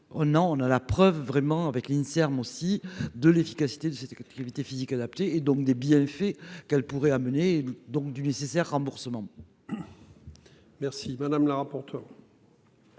on a la preuve vraiment avec l'INSERM aussi de l'efficacité de cette qui avait physique adaptée et donc des billets, le fait qu'elle pourrait amener donc du nécessaire remboursement. Merci madame la rapporteure.